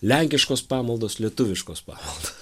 lenkiškos pamaldos lietuviškos pamaldos